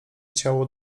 ciało